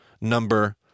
number